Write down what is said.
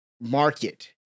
market